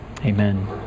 Amen